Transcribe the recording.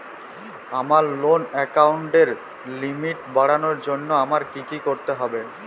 আমার লোন অ্যাকাউন্টের লিমিট বাড়ানোর জন্য আমায় কী কী করতে হবে?